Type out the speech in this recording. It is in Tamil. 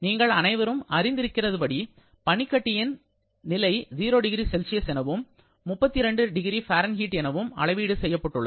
நீங்கள் அனைவரும் அறிந்திருக்க படி பனிக்கட்டியின் நிலை 0 டிகிரி செல்சியஸ் எனவும் 32 டிகிரி பாரன்ஹீட் எனவும் அளவீடு செய்யப்பட்டுள்ளது